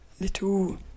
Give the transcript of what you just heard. little